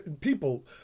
people